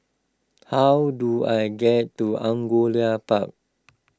how do I get to Angullia Park